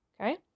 Okay